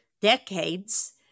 decades